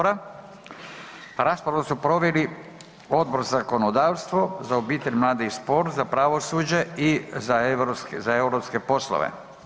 Raspravu su proveli Odbor za zakonodavstvo, za obitelj, mlade i sport, za pravosuđe i za europske poslove.